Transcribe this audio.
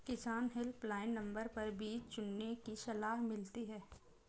किसान helpline number पर बीज चुनने की सलाह मिलती है